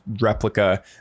replica